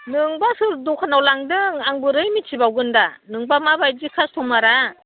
नोंबा सोर दखानाव लांदों आं बोरै मिथिबावगोन दा नोंबा माबायदि कास्टमारा